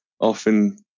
often